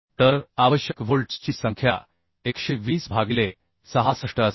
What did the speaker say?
तर आवश्यक व्होल्ट्सची संख्या 120 भागिले 66 असेल